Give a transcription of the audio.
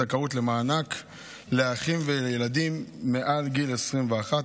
זכאות למענק לאחים ולילדים מעל גיל 21),